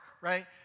right